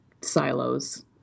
silos